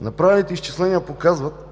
Направените изчисления показват,